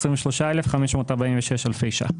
23,546 אלפי ₪.